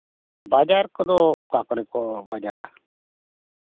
ᱵᱟᱡᱟᱨ ᱠᱚᱫᱚ ᱚᱠᱟ ᱠᱚᱨᱮ ᱠᱚ ᱵᱟᱡᱟᱨᱟ